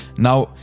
now,